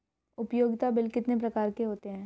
उपयोगिता बिल कितने प्रकार के होते हैं?